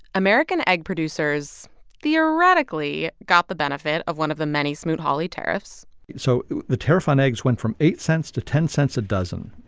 american egg producers theoretically got the benefit of one of the many smoot-hawley tariffs so the tariff on eggs went from eight cents to ten cents a dozen.